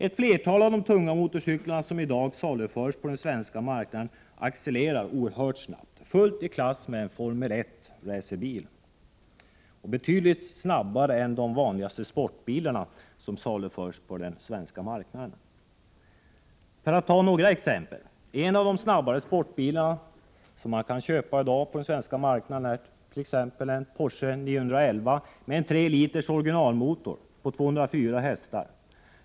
Ett flertal av de tunga motorcyklar som i dag saluförs på den svenska marknaden accelererar oerhört snabbt, fullt i klass med en formel 1-racerbil, och betydligt snabbare än de vanligaste sportbilarna. Jag tar några exempel: En av de snabbare sportbilarna som man kan köpa i dag på den svenska marknaden är Porsche 911 med en 3 liters originalmotor på 204 hk.